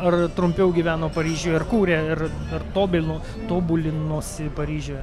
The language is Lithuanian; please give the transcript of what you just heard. ar trumpiau gyveno paryžiuje ir kūrė ir tobulino tobulinosi paryžiuje